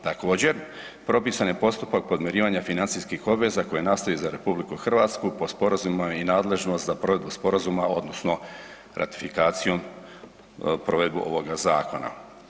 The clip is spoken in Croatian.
Također, propisan je postupak podmirivanja financijskih obveza koje nastaju za RH po sporazumima i nadležnost za provedbu sporazuma odnosno ratifikacijom provedbu ovoga zakona.